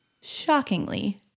Shockingly